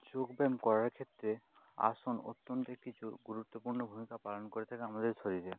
যোগ ব্যায়াম করার ক্ষেত্রে আসন অত্যন্ত একটি গুরুত্বপূর্ণ ভূমিকা পালন করে থাকে আমাদের শরীরে